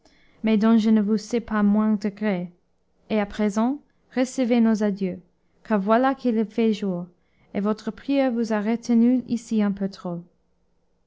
mais dont je ne vous sais pas moins de gré et à présent recevez nos adieux car voilà qu'il fait jour et votre prière vous a retenu ici un peu trop